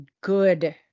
good